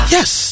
Yes